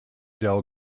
del